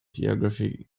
geography